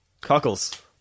Cockles